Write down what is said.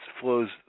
flows